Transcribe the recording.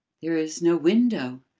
there is no window,